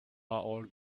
all